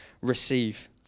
receive